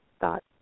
thought